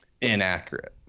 inaccurate